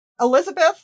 Elizabeth